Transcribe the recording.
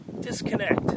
disconnect